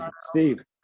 Steve